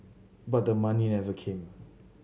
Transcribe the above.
but the money never came